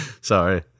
Sorry